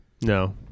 No